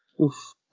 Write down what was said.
Oof